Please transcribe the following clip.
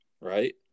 right